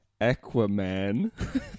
Aquaman